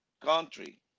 country